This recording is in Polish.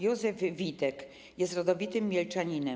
Józef Witek jest rodowitym mielczaninem.